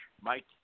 Mike